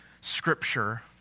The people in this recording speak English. Scripture